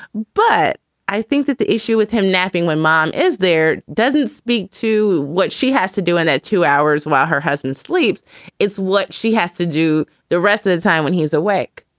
but i think that the issue with him napping when mom is there doesn't speak to what she has to do in that two hours while her husband sleeps it's what she has to do the rest of the time when he's awake,